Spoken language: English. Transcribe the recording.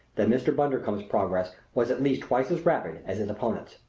that mr. bundercombe's progress was at least twice as rapid as his opponent's.